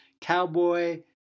Cowboy